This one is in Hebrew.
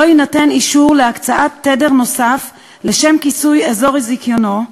לא יינתן אישור להקצאת תדר נוסף לשם כיסוי אזור זיכיונו,